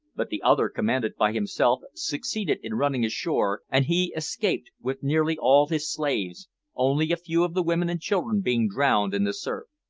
but the other, commanded by himself, succeeded in running ashore, and he escaped with nearly all his slaves only a few of the women and children being drowned in the surf.